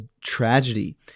tragedy